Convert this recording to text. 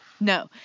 No